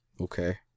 Okay